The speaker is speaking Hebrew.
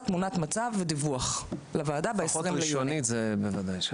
לפחות תמונת מצב ראשונית, בוודאי.